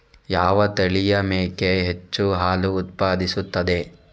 ಯಾವ ತಳಿಯ ಮೇಕೆ ಹೆಚ್ಚು ಹಾಲು ಉತ್ಪಾದಿಸುತ್ತದೆ?